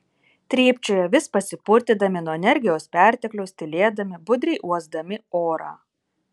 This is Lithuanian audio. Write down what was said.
trypčiojo vis pasipurtydami nuo energijos pertekliaus tylėdami budriai uosdami orą